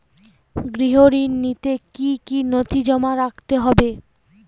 গৃহ ঋণ নিতে কি কি নথি জমা রাখতে হবে?